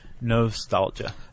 Nostalgia